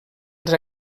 els